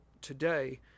today